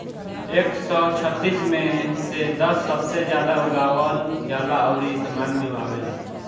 एक सौ छत्तीस मे से दस सबसे जादा उगावल जाला अउरी इस्तेमाल मे आवेला